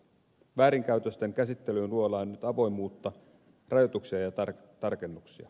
väärinkäytösten käsittelyyn luodaan nyt avoimuutta rajoituksia ja tarkennuksia